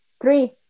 three